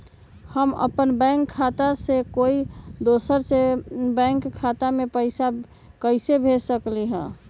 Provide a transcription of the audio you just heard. हम अपन बैंक खाता से कोई दोसर के बैंक खाता में पैसा कैसे भेज सकली ह?